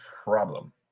problem